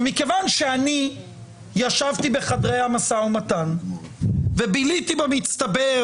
מכיוון שאני ישבתי בחדרי המשא ומתן וביליתי במצטבר